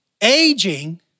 Aging